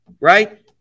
Right